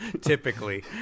typically